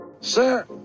Sir